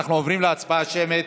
אנחנו עוברים להצבעה שמית.